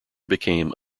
became